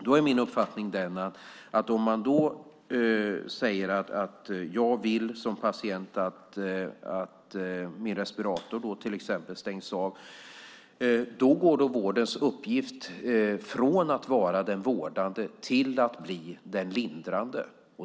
Då är min uppfattning att om jag som patient säger att jag vill att till exempel min respirator stängs av går vårdens uppgift från att vara den vårdande till att bli den lindrande.